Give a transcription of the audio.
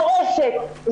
כועסת,